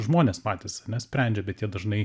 žmonės patys ane sprendžia bet jie dažnai